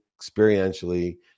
experientially